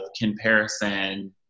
comparison